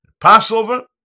Passover